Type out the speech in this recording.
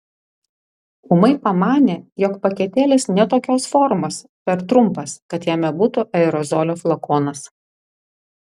ūmai pamanė jog paketėlis ne tokios formos per trumpas kad jame būtų aerozolio flakonas